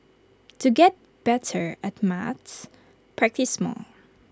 to get better at maths practise more